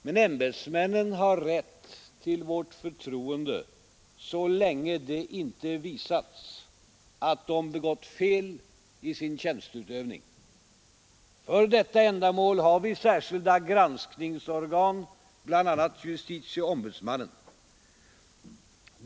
Men ämbetsmännen har rätt till vårt förtroende så länge det inte visats att de begått fel i sin tjänsteutövning. För detta ändamål har vi särskilda granskningsorgan, bl.a. JO.